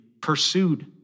pursued